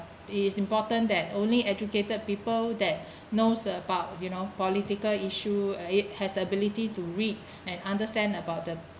it is important that only educated people that knows about you know political issue it has the ability to read and understand about the